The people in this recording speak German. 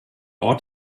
ort